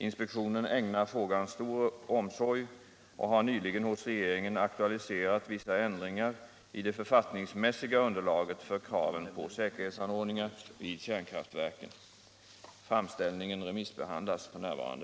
Inspektionen ägnar frågan stor omsorg och har nyligen hos regeringen aktualiserat vissa ändringar i det författningsmässiga underlaget för kraven på säkerhetsanordningar vid kärnkraftverken. Framställningen remissbehandlas f.n.